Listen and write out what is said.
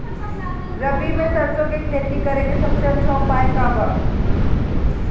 रबी में सरसो के खेती करे के सबसे अच्छा उपाय का बा?